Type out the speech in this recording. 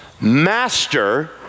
Master